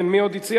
כן, מי עוד הציע?